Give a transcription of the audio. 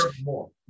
more